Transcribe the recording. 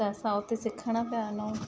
त असां हुते सिखण पियां वञूं